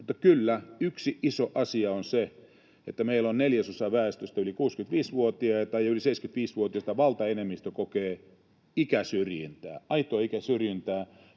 Mutta kyllä yksi iso asia on se, että meillä on neljäsosa väestöstä yli 65-vuotiaita ja yli 75-vuotiaista valtaenemmistö kokee ikäsyrjintää, aitoa ikäsyrjintää,